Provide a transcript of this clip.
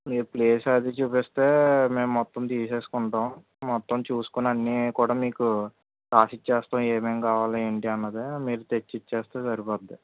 మీరు ప్లేస్ అది చూపిస్తే మేము మొత్తం తీసుకుంటాం మొత్తం చూసుకుని అన్నీ కూడా మీకు రాసిస్తాం ఏమేమి కావాలి ఏంటి అన్నది మీరు తెచ్చిస్తే సరిపోద్ది